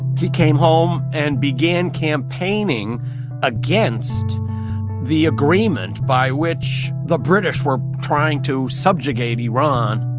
he came home and began campaigning against the agreement by which the british were trying to subjugate iran